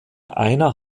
einer